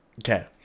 Okay